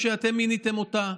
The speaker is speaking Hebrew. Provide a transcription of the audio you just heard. שאתם מיניתם אותה,